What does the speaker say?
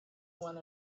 one